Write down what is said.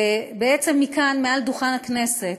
ובעצם מכאן, מעל דוכן הכנסת,